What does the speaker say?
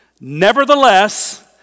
Nevertheless